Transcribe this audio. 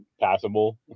passable